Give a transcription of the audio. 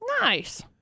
nice